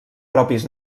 propis